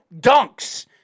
dunks